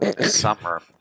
summer